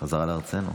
בחזרה לארצנו.